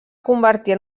convertir